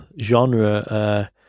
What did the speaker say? genre